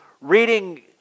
Reading